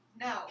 No